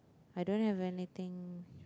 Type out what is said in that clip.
I don't have anything